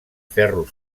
ferro